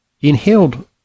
inhaled